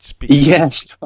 Yes